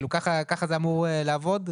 כך זה אמור להיות?